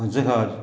पंचखाज